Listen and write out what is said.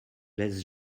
laisse